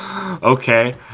okay